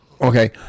Okay